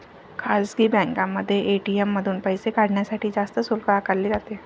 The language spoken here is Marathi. खासगी बँकांमध्ये ए.टी.एम मधून पैसे काढण्यासाठी जास्त शुल्क आकारले जाते